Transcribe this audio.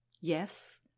Yes